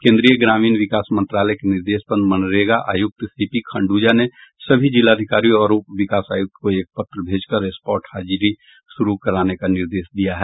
केंद्रीय ग्रामीण विकास मंत्रालय के निर्देश पर मनरेगा आयुक्त सीपी खंड्रजा ने सभी जिलाधिकारियों और उप विकास आयुक्त को एक पत्र भेजकर स्पॉट हाजिरी शुरू कराने का निर्देश दिया है